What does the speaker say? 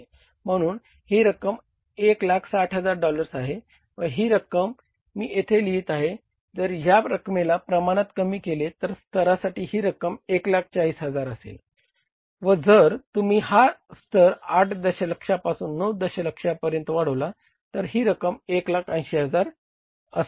म्हणून ही रक्कम 160000 डॉलर्स आहे व ही रक्कम मी येथे लिहीत आहे जर ह्या रकमेला प्रमाणात कमी केले तर या स्तरासाठी ही रक्कम 140000 असेल व जर तुम्ही हा स्तर 8 दशलक्षा पासून 9 दशलक्षा पर्यंत वाढवला तर ती रक्कम 1800000 असेल